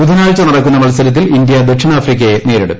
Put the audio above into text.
ബുധനാഴ്ച നടക്കുന്ന മത്സർത്തിൽ ഇന്ത്യ ദക്ഷിണാഫ്രിക്കയെ നേരിടും